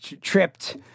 tripped